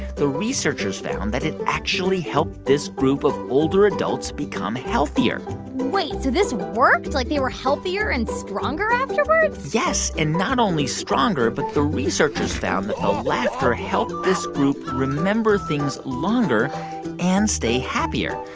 the researchers found that it actually helped this group of older adults become healthier wait, so this worked? like, they were healthier and stronger afterwards? yes and not only stronger, but the researchers found that the ah laughter helped this group remember things longer and stay happier.